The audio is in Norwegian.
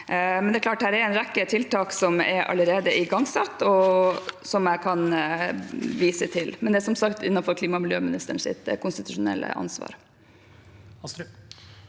det er en rekke tiltak her som allerede er igangsatt, og som jeg kan vise til, men det er som sagt innenfor klima- og miljøministerens konstitusjonelle ansvar.